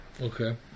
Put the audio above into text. Okay